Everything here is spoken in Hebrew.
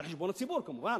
על חשבון הציבור כמובן.